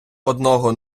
одного